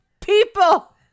people